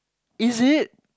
is it